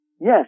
yes